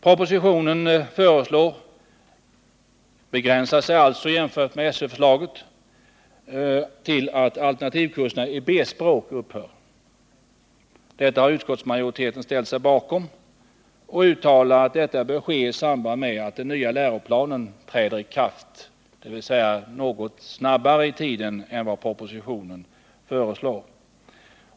Propositionen begränsar sig i förhållande till SÖ-förslaget till att föreslå att alternativkurserna i B-språk skall upphöra. Detta har utskottsmajoriteten ställt sig bakom och uttalar att ändringen bör ske i samband med att den nya läroplanen träder i kraft, dvs. något tidigare än vad propositionen föreslår.